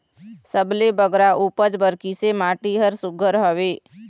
सबले बगरा उपज बर किसे माटी हर सुघ्घर हवे?